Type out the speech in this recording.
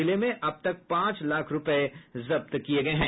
जिले में अब तक पांच लाख रूपये जब्त किये गये हैं